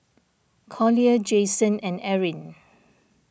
Collier Jayson and Erin